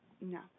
No